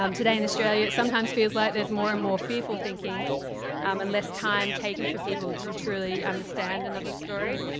um today in australia it sometimes feels like there's more and more fearful thinking um and less time taken for people to truly understand another's story.